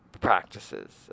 practices